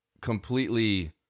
completely